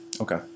Okay